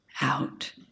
out